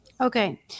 Okay